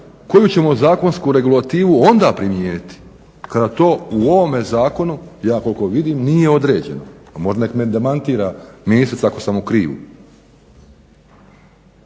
koju ćemo zakonsku regulativu onda primijeniti kada to u ovome zakonu ja koliko vidim nije određeno. Neka me demantira ministrica ako sam u krivu.